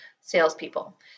salespeople